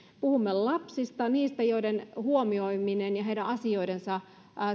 puhumme lapsista heistä joiden huomioiminen ja heidän asioidensa